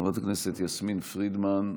חברת הכנסת יסמין פרידמן,